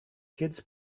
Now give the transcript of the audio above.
kids